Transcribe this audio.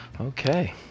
Okay